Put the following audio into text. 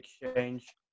exchange